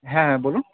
হ্যাঁ হ্যাঁ বলুন